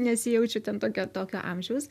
nesijaučiu ten tokio tokio amžiaus